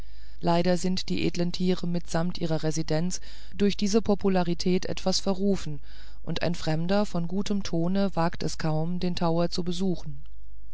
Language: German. leider sind die edlen tiere mitsamt ihrer residenz durch diese popularität etwas verrufen und ein fremder von gutem tone wagt es kaum den tower zu besuchen